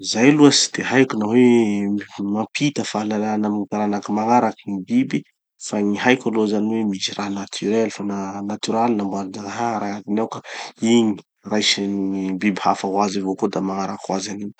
Zay aloha tsy de haiko na hoe mampita fahalalana amy taranaka magnaraky gny biby. Fa gny haiko aloha zany hoe misy raha naturel fa na- natoraly namboarin-jagnahary agnatiny ao ka igny raisiny gny biby hafa hoazy avao koa da magnaraky hoazy.